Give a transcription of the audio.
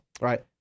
Right